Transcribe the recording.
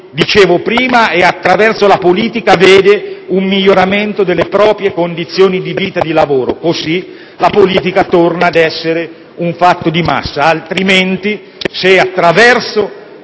dicevo prima - se, attraverso la politica, nota un miglioramento delle proprie condizioni di vita e di lavoro. Solo così la politica torna ad essere un fatto di massa,